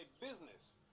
business